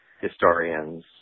historians